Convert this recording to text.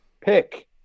pick